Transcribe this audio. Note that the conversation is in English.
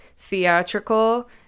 theatrical